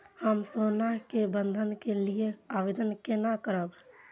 हम सोना के बंधन के लियै आवेदन केना करब?